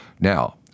Now